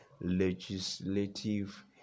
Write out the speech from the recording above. legislative